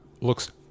Looks